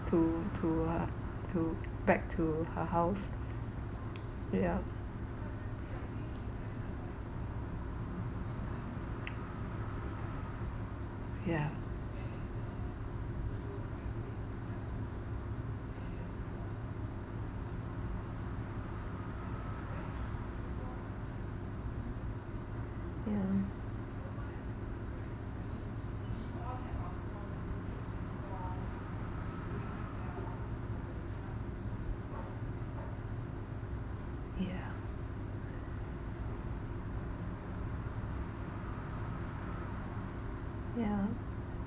to to her to back to her house yeah yeah yeah yeah yeah